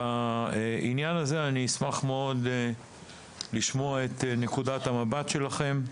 ובעניין הזה אני אשמח מאוד לשמוע את נקודת המבט שלכם.